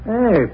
Hey